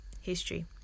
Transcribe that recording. history